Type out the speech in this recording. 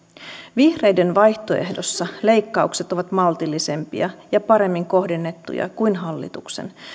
vihreiden vaihtoehdossa leikkaukset ovat maltillisempia ja paremmin kohdennettuja kuin hallituksen